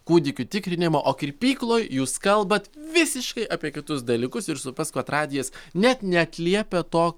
kūdikių tikrinimą o kirpykloj jūs kalbate visiškai apie kitus dalykus ir suprask vat radijas net neatliepia to